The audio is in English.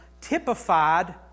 typified